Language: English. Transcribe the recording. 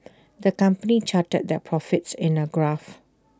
the company charted their profits in A graph